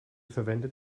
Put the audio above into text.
verwendet